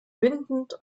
bindend